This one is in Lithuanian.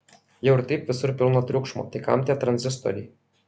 jau ir taip visur pilna triukšmo tai kam tie tranzistoriai